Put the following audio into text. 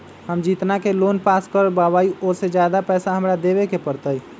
हम जितना के लोन पास कर बाबई ओ से ज्यादा पैसा हमरा देवे के पड़तई?